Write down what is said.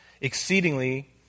exceedingly